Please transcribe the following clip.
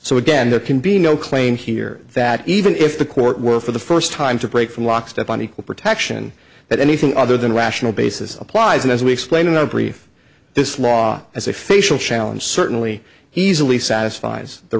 so again there can be no claim here that even if the court were for the first time to break from lockstep on equal protection that anything other than rational basis applies and as we explained in our brief this law as a facial challenge certainly he's really satisfied the